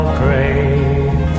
great